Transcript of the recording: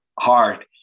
hard